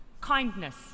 Kindness